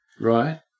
Right